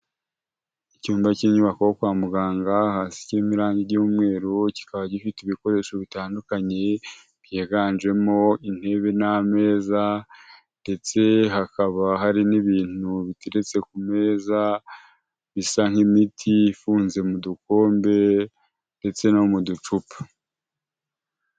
Icyumba cy'inyubako yo kwa muganga hasi kirimo irange ry'umweru, kikaba gifite ibikoresho bitandukanye byiganjemo intebe n'ameza ndetse hakaba hari n'ibintu biterutse ku meza bisa nk'imiti ifunze mu dukombe ndetse no mu ducupa.